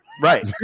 right